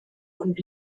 und